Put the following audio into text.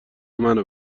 منو